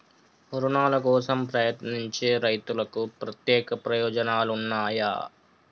రుణాల కోసం ప్రయత్నించే రైతులకు ప్రత్యేక ప్రయోజనాలు ఉన్నయా?